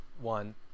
one